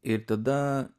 ir tada